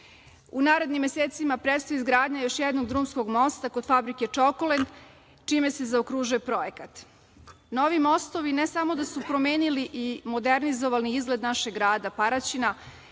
U narednim mesecima predstoji izgradnja još jednog drumskog mosta kod fabrike „Čokolend“, čime se zaokružuje projekat. Novi mostovi ne samo da su promenili i modernizovali našeg grada Paraćina